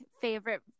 favorite